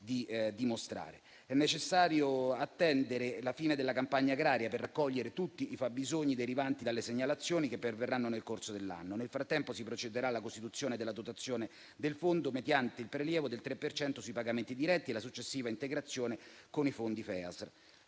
di dimostrare. È necessario attendere la fine della campagna agraria per raccogliere tutti i fabbisogni derivanti dalle segnalazioni che perverranno nel corso dell'anno. Nel frattempo si procederà alla costituzione della dotazione del fondo mediante il prelievo del 3 per cento sui pagamenti diretti e la successiva integrazione con i fondi FESR.